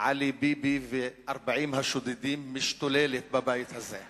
עלי ביבי ו-40 השודדים משתוללת בבית הזה.